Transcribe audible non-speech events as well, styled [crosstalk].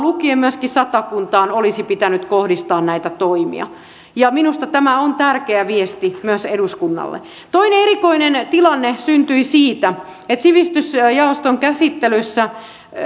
myöskin satakuntaan olisi pitänyt kohdistaa näitä toimia [unintelligible] ja minusta tämä on tärkeä viesti myös eduskunnalle toinen erikoinen tilanne syntyi siitä että sivistysjaoston käsittelyssä